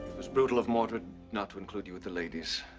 was brutal of mordred not to include you with the ladies.